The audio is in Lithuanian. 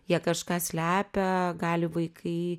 jie kažką slepia gali vaikai